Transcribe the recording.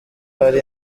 hari